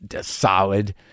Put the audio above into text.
solid